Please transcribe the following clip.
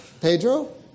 Pedro